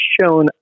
shown